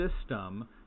system